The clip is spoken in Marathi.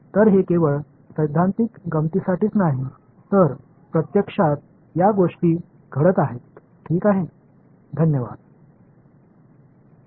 तर हे केवळ सैद्धांतिक गंमतीसाठीच नाही तर प्रत्यक्षात या गोष्टी घडत आहेत ठीक आहे